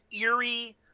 eerie